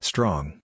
Strong